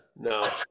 No